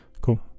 cool